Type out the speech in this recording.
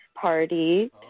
party